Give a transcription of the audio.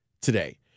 today